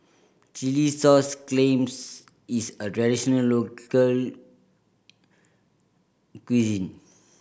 chilli sauce clams is a traditional local cuisine